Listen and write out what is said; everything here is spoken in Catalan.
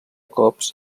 cops